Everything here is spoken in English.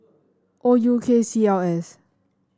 O U K C L S